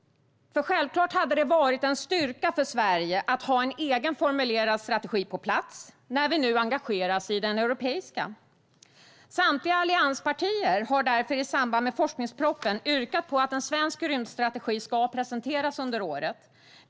Självklart hade det varit en styrka för Sverige att ha en egen formulerad strategi på plats när vi nu engageras i den europeiska. Samtliga allianspartier har därför i samband med forskningspropositionen yrkat på att en svensk rymdstrategi ska presenteras under året.